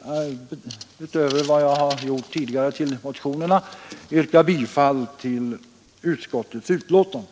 till utskottets hemställan utom på de punkter där jag tidigare yrkat bifall till reservationer.